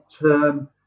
term